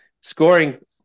scoring